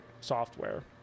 software